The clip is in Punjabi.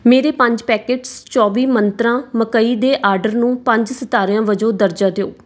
ਮੇਰੇ ਪੰਜ ਪੈਕਿਟਸ ਚੌਬੀ ਮੰਤਰਾਂ ਮਕਈ ਦੇ ਆਰਡਰ ਨੂੰ ਪੰਜ ਸਿਤਾਰਿਆਂ ਵਜੋਂ ਦਰਜਾ ਦਿਓ